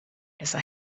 esa